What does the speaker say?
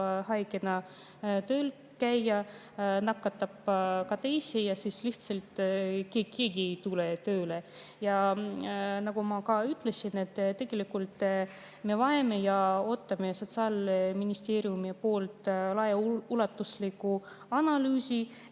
haigena tööl käia, nakatab teisi ja siis lihtsalt keegi ei tule tööle. Nagu ma ütlesin, me vajame ja ootame Sotsiaalministeeriumilt laiaulatuslikku analüüsi,